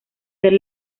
ser